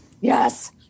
Yes